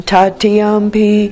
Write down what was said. Tatiampi